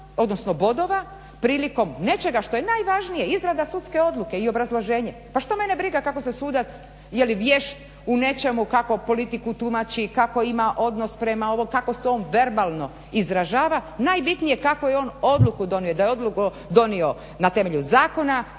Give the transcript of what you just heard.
odnosno bodova prilikom nečega što je najvažnije, izrada sudske odluke i obrazloženje, pa što mene briga kako se sudac, je li vješt u nečemu, kakvu politiku tumači, kako ima odnos prema ovo, kako se on verbalno izražava. Najbitnije je kakvu je on odluku donio, da je odluku donio na temelju zakona